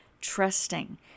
Trusting